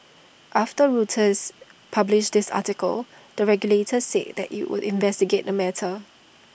after Reuters published this article the regulator said that IT would investigate the matter